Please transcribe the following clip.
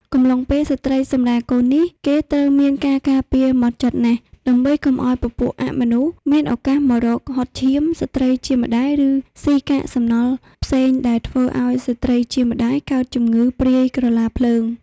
កំឡុងពេលស្ត្រីសម្រាលកូននេះគេត្រូវមានការការពារហ្មត់ចត់ណាស់ដើម្បីកុំឲ្យពពួកអមនុស្សមានឱកាសមករកហុតឈាមស្ត្រីជាម្តាយឬសុីកាកសំណល់ផ្សេងដែលធ្វើឲ្យស្រ្តីជាម្តាយកើតជំងឺព្រាយក្រឡាភ្លើង